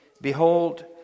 Behold